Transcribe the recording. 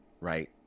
right